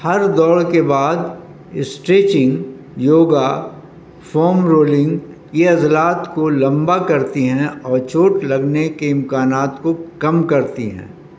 ہر دوڑ کے بعد اسٹریچنگ یوگا فوم رولنگ یہ عزلات کو لمبا کرتی ہیں اور چوٹ لگنے کے امکانات کو کم کرتی ہیں